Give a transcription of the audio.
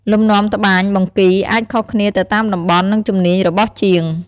លំនាំត្បាញបង្គីអាចខុសគ្នាទៅតាមតំបន់ និងជំនាញរបស់ជាង។